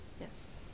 Yes